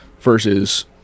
Versus